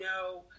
no